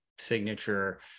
signature